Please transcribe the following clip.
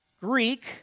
Greek